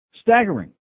staggering